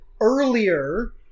earlier